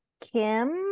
Kim